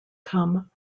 come